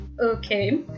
Okay